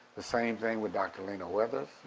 the same thing with dr. lena weathers,